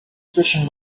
zwischen